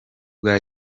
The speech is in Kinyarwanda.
bwa